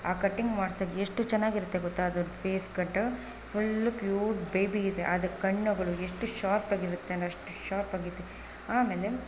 ಆ ಕಟ್ಟಿಂಗ್ ಮಾಡ್ಸೋಕೆ ಎಷ್ಟು ಚೆನ್ನಾಗಿರುತ್ತೆ ಗೊತ್ತಾ ಅದು face cut full pure baby ಇದೆ ಅದು ಕಣ್ಣುಗಳು ಎಷ್ಟು ಶಾರ್ಪಾಗಿರುತ್ತೆ ಅಂದರೆ ಅಷ್ಟು ಶಾರ್ಪ್ ಆಗಿದೆ ಆಮೇಲೆ